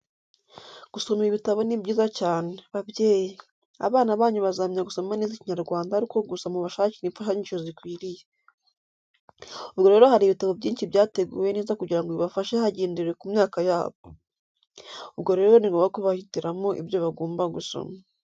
Gusoma ibitabo ni byiza cyane! Babyeyi, abana banyu bazamenya gusoma neza Ikinyarwanda ari uko gusa mubashakira imfashanyigisho zikwiriye. Ubwo rero hari ibitabo byinshi byateguwe neza kugira ngo bibafashe hagendewe ku myaka yabo. Ubwo rero ni ngombwa kubahitiramo ibyo bagomba gusoma.